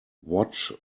watch